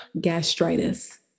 gastritis